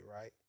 right